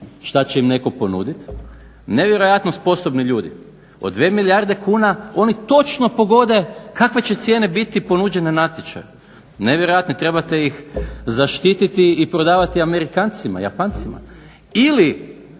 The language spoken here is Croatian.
šta će im netko ponuditi, nevjerojatno sposobni ljudi. Od 2 milijarde kuna oni točno pogode kakve će cijene biti ponuđene natječajem. Nevjerojatno trebate ih zaštititi i prodavati amerikancima, japancima. Ili